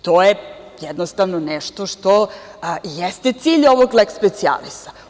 To je, jednostavno nešto što jeste cilj ovog leks specijalisa.